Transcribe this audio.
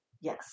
Yes